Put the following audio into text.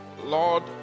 Lord